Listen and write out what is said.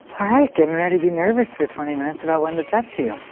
alright, getting ready to be nervous for twenty minutes about when to touch you.